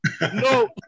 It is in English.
No